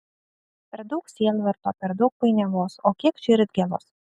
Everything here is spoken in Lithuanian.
per daug sielvarto per daug painiavos o kiek širdgėlos